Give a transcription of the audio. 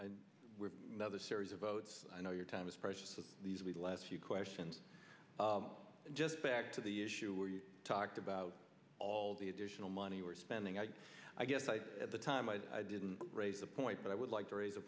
and other series of votes i know your time is precious the last few questions and just back to the issue where you talked about all the additional money we're spending i guess i at the time i didn't raise the point but i would like to raise a